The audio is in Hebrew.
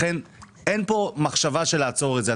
לכן אין כאן מחשבה של לעצור את זה.